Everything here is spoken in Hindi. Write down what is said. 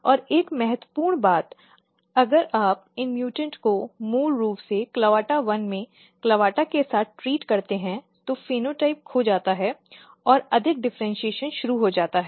और एक और महत्वपूर्ण बात अगर आप इन म्यूटेंट को मूल रूप से clavata1 में CLAVATA के साथ ट्रीट करते हैं तो फेनोटाइप खो जाता है और अधिक विभेदीकरण शुरू हो जाता है